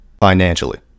financially